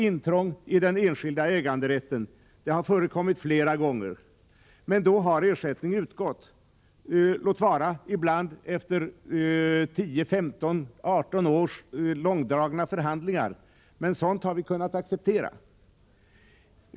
Intrång i den enskilda äganderätten har förekommit flera gånger, men då har ersättning utgått, låt vara ibland efter 10, 15 eller 18 års långdragna förhandlingar, men sådant har vi kunnat acceptera.